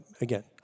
Again